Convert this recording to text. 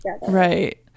right